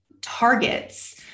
targets